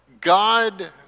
God